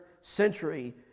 century